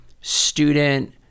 student